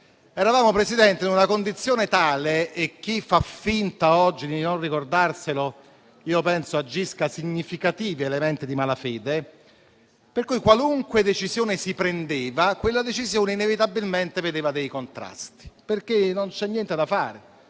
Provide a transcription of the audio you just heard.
eravamo in una condizione tale - chi fa finta oggi di non ricordarselo, penso agisca con significativi elementi di malafede - per cui qualunque decisione si prendeva, quella decisione inevitabilmente emergevano contrasti, perché questo accade